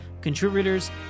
contributors